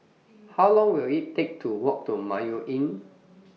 How Long Will IT Take to Walk to Mayo Inn